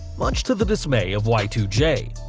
much to the dismay of y two j.